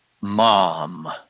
mom